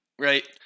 right